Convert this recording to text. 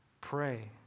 Pray